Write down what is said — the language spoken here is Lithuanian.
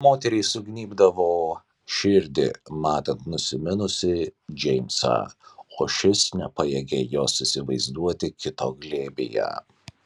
moteriai sugnybdavo širdį matant nusiminusį džeimsą o šis nepajėgė jos įsivaizduoti kito glėbyje